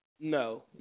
no